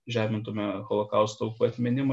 žemintume holokausto aukų atminimą